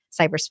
cyberspace